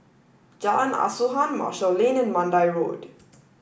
Jalan Asuhan Marshall Lane and Mandai Road